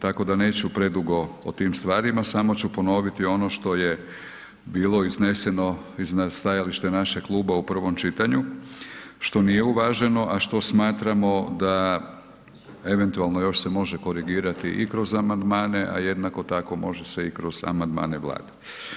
Tako da neću predugo o tim stvarima, samo ću ponoviti ono što je bilo izneseno iznad stajališta našeg kluba u 1. čitanju, što nije uvaženo, a što smatramo da eventualno još se može korigirati i kroz amandmane, a jednako tako može se i kroz amandmane Vlade.